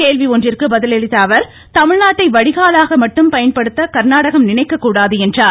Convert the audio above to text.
கேள்வி ஒன்றிற்கு பதிலளித்த அவர் தமிழ்நாட்டை வடிகாலாக மட்டும் பயன்படுத்த கர்நாடகம் நினைக்க கூடாது என்றார்